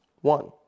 one